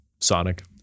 Sonic